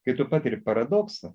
kai tu patiri paradoksą